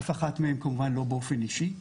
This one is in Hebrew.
אף אחת מהן כמובן לא באופן אישי,